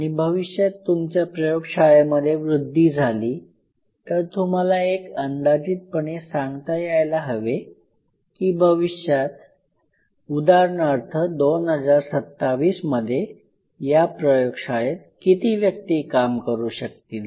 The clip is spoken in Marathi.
आणि भविष्यात तुमच्या प्रयोगशाळेमध्ये वृद्धी झाली तर तुम्हाला एक अंदाजितपणे सांगता यायला हवे की भविष्यात उदाहरणार्थ 2027 मध्ये या प्रयोगशाळेत किती व्यक्ती काम करू शकतील